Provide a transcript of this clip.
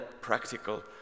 practical